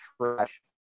trash